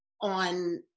on